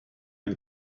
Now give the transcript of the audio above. and